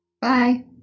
Bye